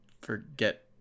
forget